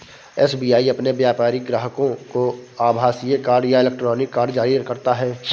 SBI अपने व्यापारिक ग्राहकों को आभासीय कार्ड या इलेक्ट्रॉनिक कार्ड जारी करता है